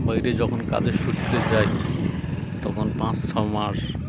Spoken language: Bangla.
বাইরে যখন কাজে সুত্রে যাই তখন পাঁচ ছ মাস